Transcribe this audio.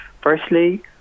firstly